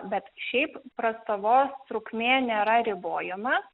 bet šiaip prastovos trukmė nėra ribojama